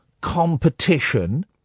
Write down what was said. competition